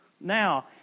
Now